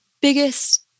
biggest